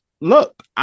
look